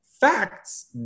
facts